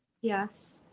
Yes